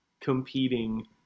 competing